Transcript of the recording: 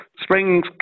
Spring